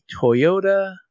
Toyota